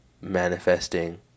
manifesting